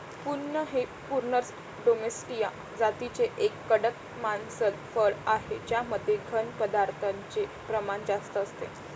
prune हे Prunus domestica जातीचे एक कडक मांसल फळ आहे ज्यामध्ये घन पदार्थांचे प्रमाण जास्त असते